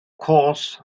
course